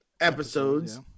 episodes